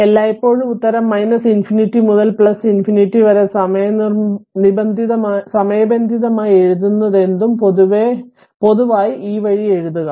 എല്ലായ്പ്പോഴും ഉത്തരം ∞ മുതൽ ∞ വരെ സമയബന്ധിതമായി എഴുതുന്നതെന്തും പൊതുവായി ഈ വഴി എഴുതുക